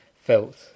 felt